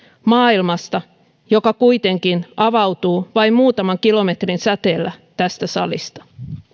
maailmasta joka kuitenkin avautuu vain muutaman kilometrin säteellä tästä salista